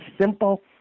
simple